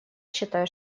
считаю